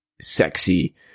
sexy